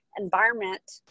environment